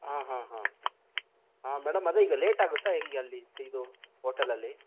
ಆಹಾಂ ಹಾಂ ಹಾಂ ಮೇಡಮ್ ಅದೇ ಈಗ ಲೇಟ್ ಆಗುತ್ತೆ ಹೇಗೆ ಅಲ್ಲಿ ಇದು ಹೋಟೆಲಲ್ಲಿ